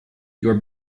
your